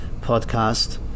podcast